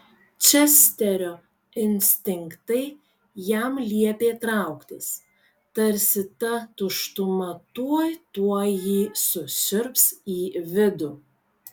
česterio instinktai jam liepė trauktis tarsi ta tuštuma tuoj tuoj jį susiurbs į vidų